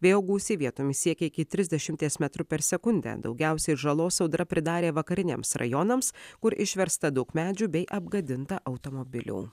vėjo gūsiai vietomis siekė iki trisdešimties metrų per sekundę daugiausiai žalos audra pridarė vakariniams rajonams kur išversta daug medžių bei apgadinta automobilių